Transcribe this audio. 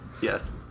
Yes